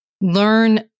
learn